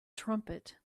trumpet